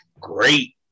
great